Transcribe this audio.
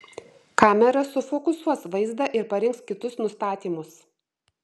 kamera sufokusuos vaizdą ir parinks kitus nustatymus